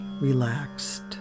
relaxed